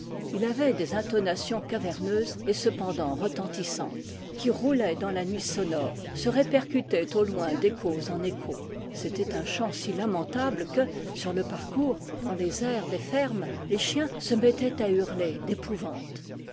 il avait des intonations caverneuses et cependant retentissantes qui roulaient dans la nuit sonore se répercutaient au loin d'échos en échos c'était un chant si lamentable que sur le parcours dans les aires des fermes les chiens se mettaient à hurler